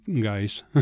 guys